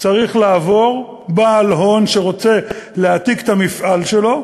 צריך לעבור בעל הון שרוצה להעתיק את המפעל שלו.